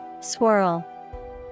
Swirl